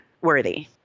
worthy